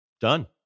Done